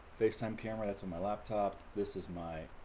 facetime camera that's on my laptop. this is my